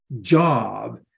Job